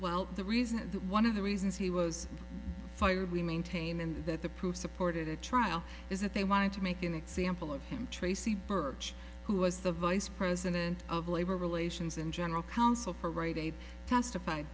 well the reason one of the reasons he was fired we maintain and that the proof supported at trial is that they wanted to make an example of him tracey birch who was the vice president of labor relations and general counsel for writing a testified